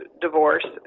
divorce